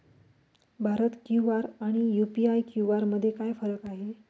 Bharat QR आणि UPI QR मध्ये काय फरक आहे?